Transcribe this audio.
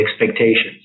expectations